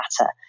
matter